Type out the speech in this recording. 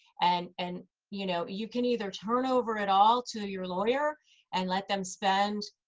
and and you know you can either turn over it all to your lawyer and let them spend,